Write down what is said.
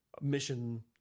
mission